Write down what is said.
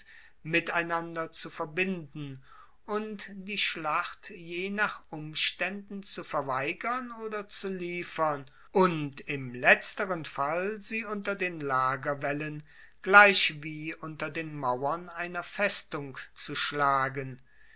miteinander zu verbinden und die schlacht je nach umstaenden zu verweigern oder zu liefern und im letzteren fall sie unter den lagerwaellen gleichwie unter den mauern einer festung zu schlagen